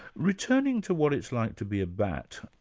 returning to what it's like to be a bat,